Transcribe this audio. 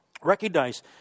Recognize